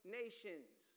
nations